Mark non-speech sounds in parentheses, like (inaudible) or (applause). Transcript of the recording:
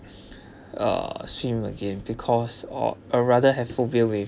(breath) uh swim again because or uh rather have phobia with